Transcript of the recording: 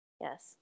Yes